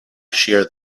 shear